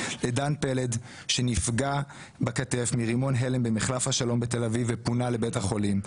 לדן פלד שנפגע בכתף מימון הלם במחלף השלום בתל אביב ופונה לבית החולים,